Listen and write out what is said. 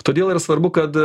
todėl yra svarbu kad